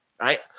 right